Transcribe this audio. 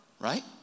Right